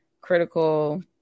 critical